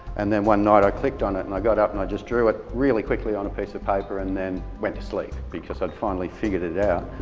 and then one night i clicked on it, and i got up and just drew it really quickly on a piece of paper, and then went to sleep because i've finally figured it out.